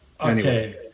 okay